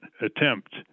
attempt